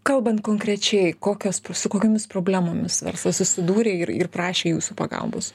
kalbant konkrečiai kokios su kokiomis problemomis verslas susidūrė ir ir prašė jūsų pagalbos